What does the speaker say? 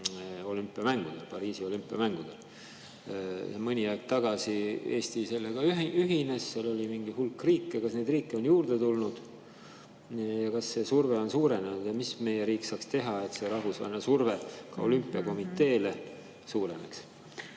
Pariisi olümpiamängudel? Mõni aeg tagasi Eesti sellega ühines, seal oli mingi hulk riike. Kas neid riike on juurde tulnud? Kas see surve on suurenenud? Ja mida saaks meie riik teha, et see rahvusvaheline surve olümpiakomiteele suureneks?